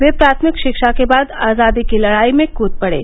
वे प्राथमिक रिक्षा के बाद आजादी की लड़ाई में कूद पड़े